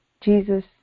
Jesus